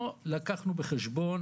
לא לקחנו בחשבון